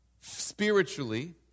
spiritually